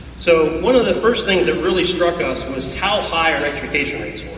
so one of the first things that really struck us was how high our nitrification rates